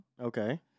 Okay